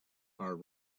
are